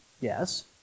yes